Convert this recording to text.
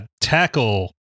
tackle